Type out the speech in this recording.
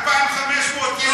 2,500 ילדים,